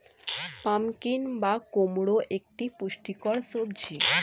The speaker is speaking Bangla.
পাম্পকিন বা কুমড়ো একটি পুষ্টিকর সবজি